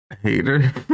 hater